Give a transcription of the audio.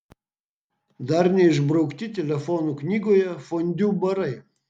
dar neišbraukti telefonų knygoje fondiu barai